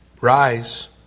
Rise